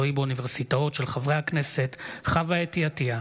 דיון מהיר בהצעתם של חברי הכנסת חוה אתי עטייה,